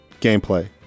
gameplay